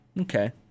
Okay